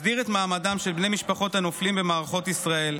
מסדיר את מעמדם של בני משפחות הנופלים במערכות ישראל,